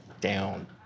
down